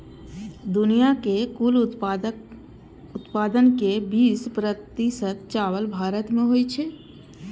दुनिया के कुल उत्पादन के बीस प्रतिशत चावल भारत मे होइ छै